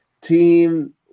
team